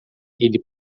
ele